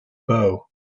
bow